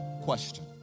question